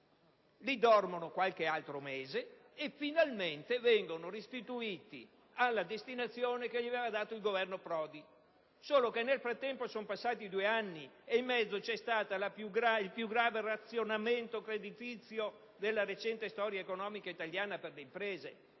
dormito per qualche altro mese e finalmente sono poi stati restituiti alla destinazione assegnata loro dal Governo Prodi, solo che nel frattempo erano passati due anni e in mezzo era intervenuto il più grave razionamento creditizio nella recente storia economica italiana per le imprese.